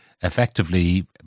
effectively